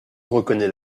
reconnais